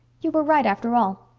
you were right, after all.